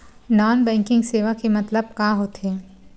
Non banking सेवा के मतलब का होथे?